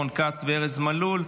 רון כץ וארז מלול.